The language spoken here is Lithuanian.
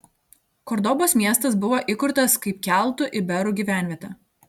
kordobos miestas buvo įkurtas kaip keltų iberų gyvenvietė